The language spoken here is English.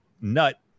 nut